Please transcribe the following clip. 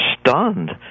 stunned